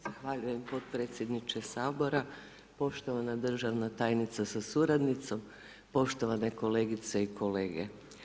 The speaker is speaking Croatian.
Zahvaljujem potpredsjedniče Sabora, poštovane državna tajnice sa suradnicom, poštovane kolegice i kolege.